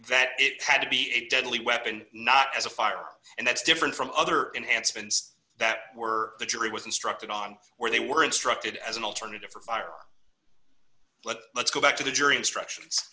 that it had to be a deadly weapon not as a fire and that's different from other and hansen's that were the jury was instructed on or they were instructed as an alternative for fire but let's go back to the jury instructions